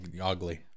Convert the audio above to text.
ugly